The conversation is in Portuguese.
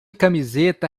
camiseta